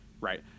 right